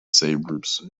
sabres